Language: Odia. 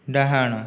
ଡାହାଣ